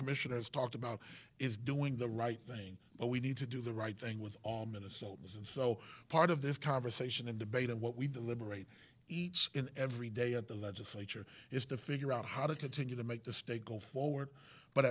commission has talked about is doing the right thing but we need to do the right thing with all minnesotans and so part of this conversation and debate and what we deliberate each and every day at the legislature is to figure out how to continue to make the state go forward but